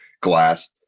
glass